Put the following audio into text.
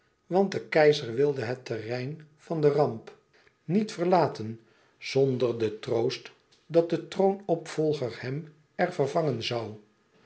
want de keizer wilde het terrein van den ramp niet verlaten zonder den troost dat de troonopvolger hem er vervangen zoû